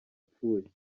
apfuye